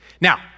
Now